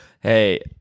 Hey